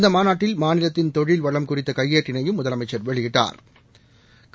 இந்த மாநாட்டில் மாநிலத்தின் தொழில்வளம் குறித்த கையேட்டினையும் முதலமைச்ச் வெளியிட்டாா்